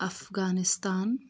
Afghanistan